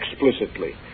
explicitly